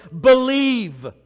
believe